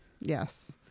Yes